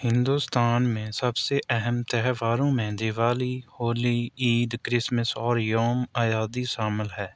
ہندوستان میں سب سے اہم تہواروں میں دیوالی ہولی عید کرسمس اور یوم آزادی شامل ہے